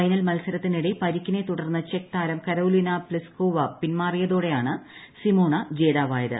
final മത്സര്ത്തിനിടെ പരിക്കിനെ തുടർന്ന് ചെക്ക് താരം കരോലിന പ്ലിസ്കോവ പിൻമാറിയതോടെയാണ് സിമോണ ജേതാവായത്